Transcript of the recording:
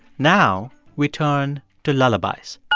now, we turn to lullabies